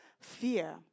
Fear